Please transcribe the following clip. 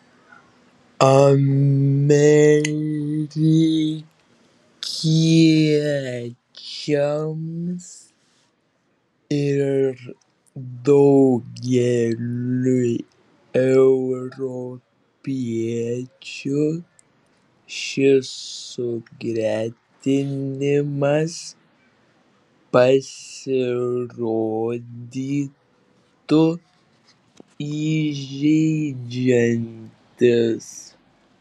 amerikiečiams ir daugeliui europiečių šis sugretinimas pasirodytų įžeidžiantis